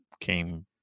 came